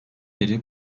beri